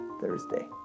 Thursday